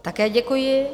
Také děkuji.